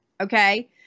Okay